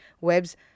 webs